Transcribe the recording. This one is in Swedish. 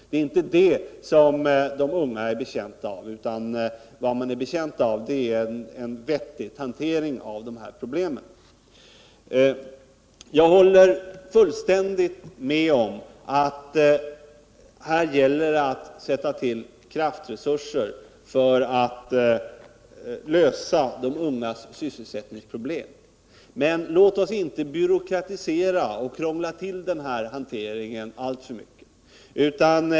Det är inte det som de unga är betjänta av, utan vad de behöver är en vettig hantering av de här problemen. Jag håller fullständigt med om att det gäller att sätta till kraftresurser för att lösa de ungas sysselsättningsproblem, men låt oss inte byråkratisera och krångla till den här hanteringen alltför mycket.